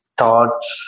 thoughts